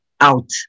out